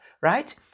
right